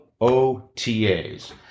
OTAs